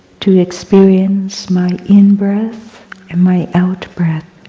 to experience my in-breath and my out-breath,